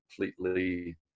completely